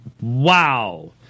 Wow